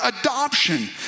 adoption